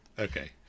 Okay